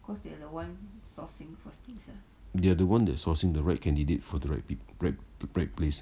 they are the one that sourcing the right candidate for the right pe~ right right for the right place